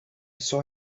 saw